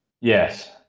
Yes